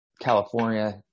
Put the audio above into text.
California